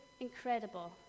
incredible